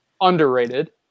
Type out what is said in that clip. underrated